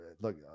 look